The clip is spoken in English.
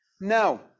no